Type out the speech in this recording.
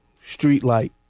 Streetlight